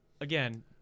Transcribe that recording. again